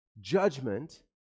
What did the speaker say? judgment